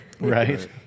right